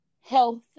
health